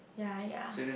ya ya